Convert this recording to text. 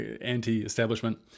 anti-establishment